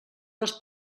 les